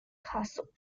castle